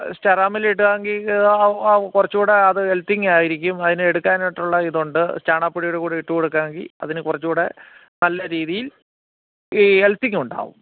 സെറമിൽ ഇടാം എങ്കിൽ ആ ആ ആ കുറച്ചും കൂടെ അത് ഹെൽത്തിങ്ങായിരിക്കും അതിന് എടുക്കാനായിട്ടുള്ള ഇതൊണ്ട് ചാണകപ്പൊടിയുടെ കൂടെ ഇട്ട് കൊടുക്കാമെങ്കിൽ അതിന് കുറച്ചും കൂടെ നല്ല രീതിയിൽ ഈ ഹെൽത്തിങ് ഉണ്ടാകും